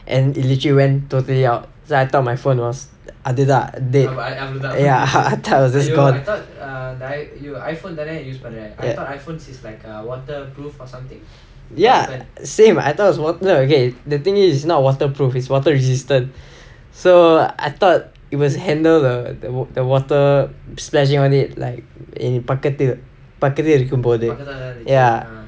and it legit went totally out there I thought my phone was அதுதா:athuthaa dead ya I thought it was just gone ya same I thought is water so okay the thing is is not waterproof is water resistant so I thought it was handle handle the water splashing on it like in பக்கத்து பக்கத்து இருக்கும்போது:pakkathu pakkathu irukkumpothu ya